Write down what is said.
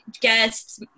guests